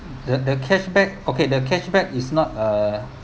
the the cashback okay the cashback is not uh